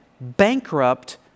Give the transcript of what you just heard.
bankrupt